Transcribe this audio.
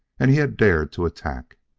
and he had dared to attack.